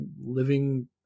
living